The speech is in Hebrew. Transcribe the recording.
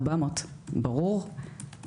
400 ברור,